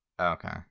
Okay